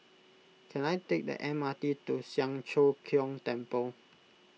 can I take the M R T to Siang Cho Keong Temple